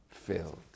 Filled